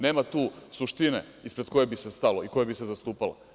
Nema tu suštine ispred koje bi se stalo i koja bi se zastupala.